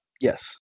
Yes